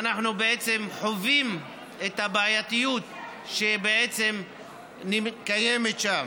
ואנחנו בעצם חווים את הבעייתיות שקיימת שם.